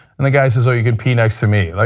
and the guy says, so you can peanut to me. like,